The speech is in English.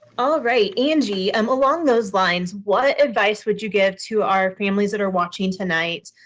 all right. angie, and along those lines, what advice would you give to our families that are watching tonight?